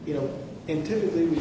you know into the